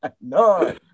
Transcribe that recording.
No